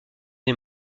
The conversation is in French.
des